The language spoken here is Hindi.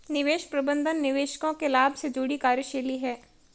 निवेश प्रबंधन निवेशकों के लाभ से जुड़ी कार्यशैली है